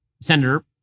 senator